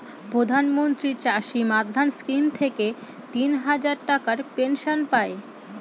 প্রধান মন্ত্রী চাষী মান্ধান স্কিম থেকে তিন হাজার টাকার পেনশন পাই